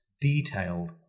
detailed